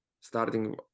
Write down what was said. starting